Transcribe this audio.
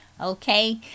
Okay